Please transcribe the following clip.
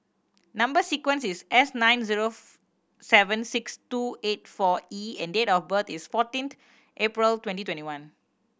number sequence is S nine zero seven six two eight four E and date of birth is fourteenth April twenty twenty one